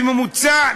בממוצע,